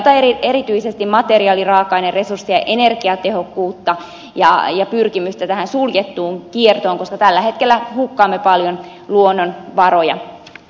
painotan erityisesti materiaali raaka aine resurssi ja energiatehokkuutta ja pyrkimystä tähän suljettuun kiertoon koska tällä hetkellä hukkaamme paljon luonnonvaroja